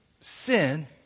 sin